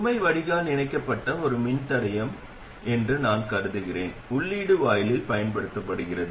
சுமை வடிகால் இணைக்கப்பட்ட ஒரு மின்தடையம் என்று நான் கருதுகிறேன் உள்ளீடு வாயிலில் பயன்படுத்தப்படுகிறது